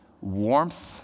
Warmth